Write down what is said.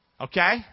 okay